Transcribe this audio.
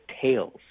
tails